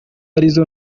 arizo